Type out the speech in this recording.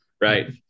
Right